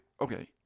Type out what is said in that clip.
Okay